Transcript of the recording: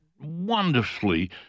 wonderfully